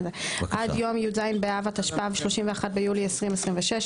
י"ז באב התשפ"ו (31 ביולי 2026),